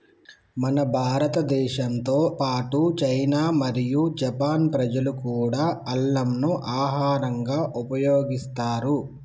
మన భారతదేశంతో పాటు చైనా మరియు జపాన్ ప్రజలు కూడా అల్లంను ఆహరంగా ఉపయోగిస్తారు